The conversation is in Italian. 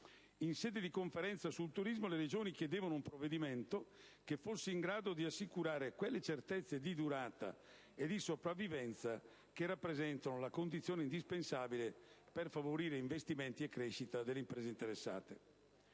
In sede di Conferenza sul turismo, le Regioni chiedevano un provvedimento che fosse in grado di assicurare quelle certezze di durata e di sopravvivenza che rappresentano la condizione indispensabile per favorire investimenti e crescita delle imprese interessate.